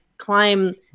climb